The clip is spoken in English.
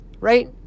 right